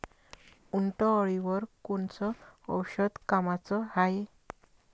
उंटअळीवर कोनचं औषध कामाचं हाये?